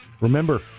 Remember